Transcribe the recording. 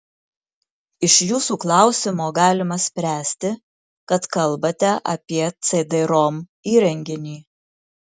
iš jūsų klausimo galima spręsti kad kalbate apie cd rom įrenginį